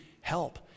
help